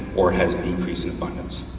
or has decreasing abundance.